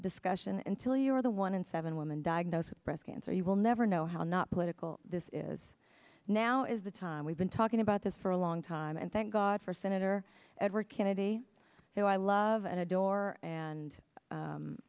discussion until you are the one in seven women diagnosed with breast cancer you will never know how not political this is now is the time we've been talking about this for a long time and thank god for senator edward kennedy who i love and adore and